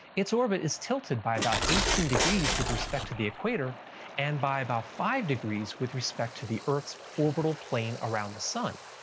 its orbit is tilted by about eighteen degrees with respect to the equator and by about five degrees with respect to the earth's orbital plane around the sun.